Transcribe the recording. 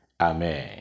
Amen